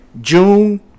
June